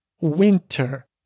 winter